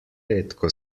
redko